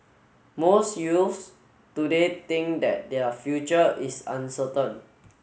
most youths today think that their future is uncertain